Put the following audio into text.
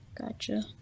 Gotcha